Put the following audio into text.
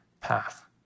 path